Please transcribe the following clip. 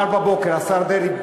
השר דרעי,